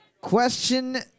Question